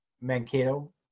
mankato